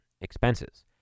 expenses